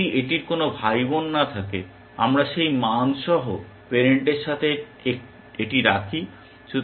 যদি এটির কোন ভাইবোন না থাকে আমরা সেই মান সহ পেরেন্টের সাথে এটি রাখি